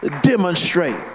demonstrate